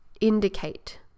indicate